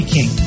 King